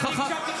רק שנייה,